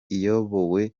iyobowe